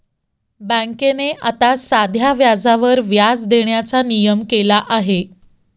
बँकेने आता साध्या व्याजावर व्याज देण्याचा नियम केला आहे